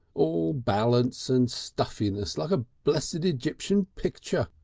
all balance and stiffness like a blessed egyptian picture.